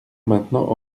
maintenant